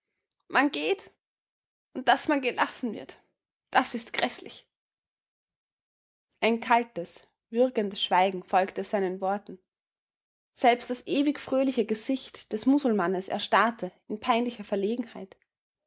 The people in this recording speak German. man geht und daß man gelassen wird das ist gräßlich ein kaltes würgendes schweigen folgte seinen worten selbst das ewig fröhliche gesicht des musulmannes erstarrte in peinlicher verlegenheit